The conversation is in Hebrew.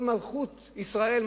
כל מלכות ישראל,